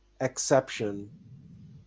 exception